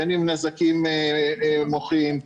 בין אם נזקים מוחיים,